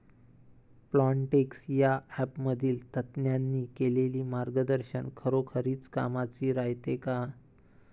Plantix या ॲपमधील तज्ज्ञांनी केलेली मार्गदर्शन खरोखरीच कामाचं रायते का?